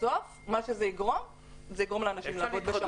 בסוף זה יגרום לאנשים לעבוד בשחור.